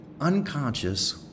unconscious